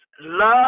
Love